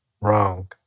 Wrong